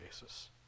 basis